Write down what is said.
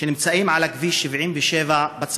שנמצאים על כביש 77 בצפון.